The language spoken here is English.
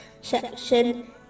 section